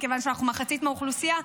כיוון שאנחנו מחצית מהאוכלוסייה,